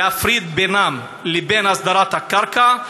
להפריד בינם לבין הסדרת הקרקע,